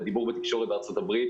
הדיבור בתקשורת בארצות הברית